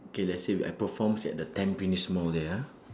okay let's say I performs at the tampines mall there ah